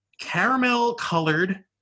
caramel-colored